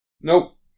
Nope